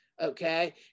okay